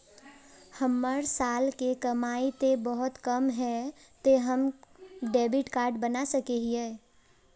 हमर साल के कमाई ते बहुत कम है ते हम डेबिट कार्ड बना सके हिये?